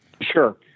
Sure